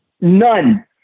none